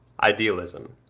idealism.